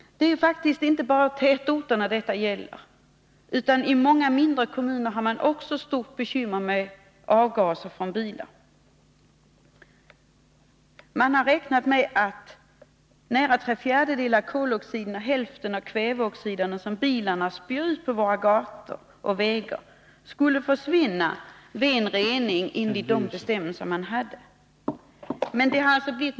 Det är faktiskt inte bara tätorterna som detta gäller. Även i många mindre kommuner har man stora bekymmer med avgaser från bilar. Enligt beräkningar skulle nära tre fjärdedelar av koloxiden och hälften av kväveoxiden som bilarna spyr ut på våra gator och vägar försvinna med en rening enligt de bestämmelser som gäller.